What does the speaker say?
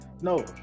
No